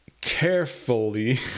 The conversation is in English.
carefully